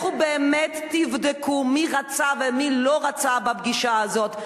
לכו באמת תבדקו מי רצה ומי לא רצה בפגישה הזאת,